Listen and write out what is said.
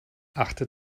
achte